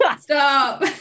stop